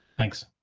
thanks.